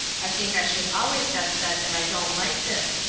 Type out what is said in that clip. i think i should always have said that i don't like this.